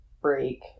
break